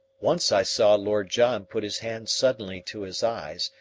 once i saw lord john put his hand suddenly to his eyes,